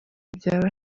byaba